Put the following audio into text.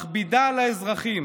מכבידה על האזרחים,